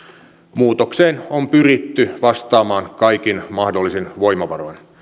muutokseen on pyritty vastaamaan kaikin mahdollisin voimavaroin